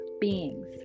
beings